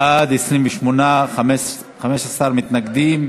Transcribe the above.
בעד, 28, 15 מתנגדים,